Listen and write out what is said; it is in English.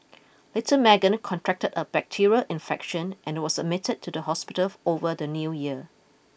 little Meagan contracted a bacterial infection and was admitted to the hospital over the new year